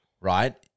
Right